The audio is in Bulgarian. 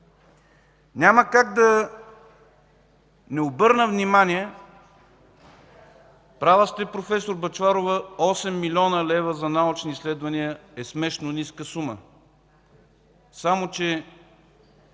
Няма как да не обърна внимание – права сте, професор Бъчварова, 8 млн. лв. за научни изследвания е смешно ниска сума.